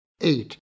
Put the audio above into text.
Eight